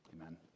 amen